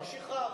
שחררנו,